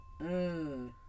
Mmm